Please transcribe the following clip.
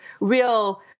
real